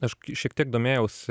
aš šiek tiek domėjausi